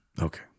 Okay